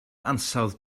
ansawdd